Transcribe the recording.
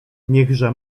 niechże